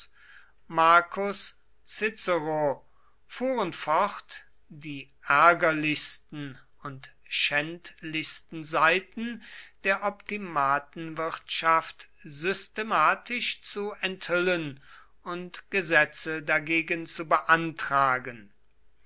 cicero fuhren fort die ärgerlichsten und schändlichsten seiten der optimatenwirtschaft systematisch zu enthüllen und gesetze dagegen zu beantragen